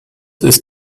ist